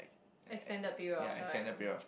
extend the period of time